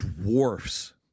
dwarfs